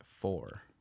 four